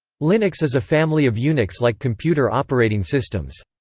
linux is a family of unix-like computer operating systems.